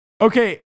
okay